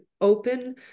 open